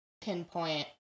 pinpoint